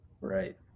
Right